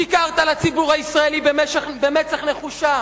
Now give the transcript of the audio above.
שיקרת לציבור הישראלי במצח נחושה.